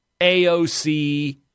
AOC